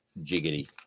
jiggity